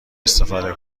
استفاده